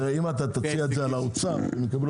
אם אתה תציע את זה לאוצר והם יקבלו